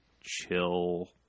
chill